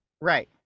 right